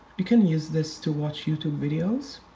you can use this to watch youtube videos.